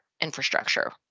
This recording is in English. infrastructure